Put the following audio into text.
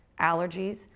Allergies